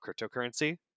cryptocurrency